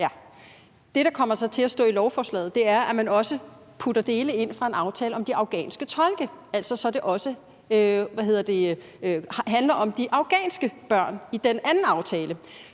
Det, der så kommer til at stå i lovforslaget, er, at man også putter dele ind fra en aftale om de afghanske tolke, så det altså også handler om de afghanske børn i den anden aftale.